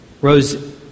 rose